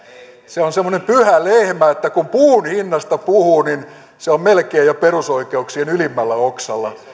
se on semmoinen pyhä lehmä että kun puun hinnasta puhuu niin se on melkein jo perusoikeuksien ylimmällä oksalla